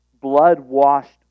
blood-washed